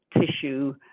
tissue